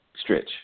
stretch